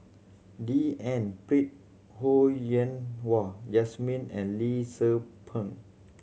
D N Pritt Ho Yen Wah Jesmine and Lee Tzu Pheng